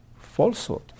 falsehood